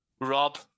Rob